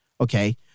okay